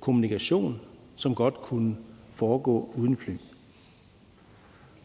kommunikation, som godt kunne foregå, uden at man skulle flyve.